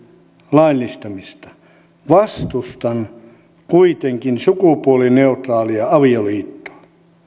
laillistamista vastustan kuitenkin sukupuolineutraalia avioliittoa